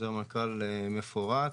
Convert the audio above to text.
חוזר מנכ"ל מפורט,